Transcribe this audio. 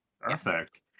Perfect